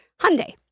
Hyundai